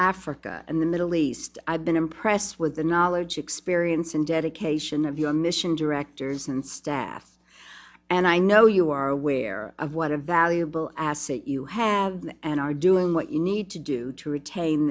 africa and the middle east i've been impressed with the knowledge experience and dedication of your mission directors and staff and i know you are aware of what a valuable asset you have and are doing what you need to do to retain